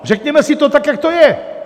Řekněme si to tak, jak to je!